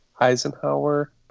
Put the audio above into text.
Eisenhower